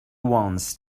ones